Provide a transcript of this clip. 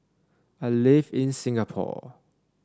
I live in Singapore